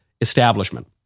establishment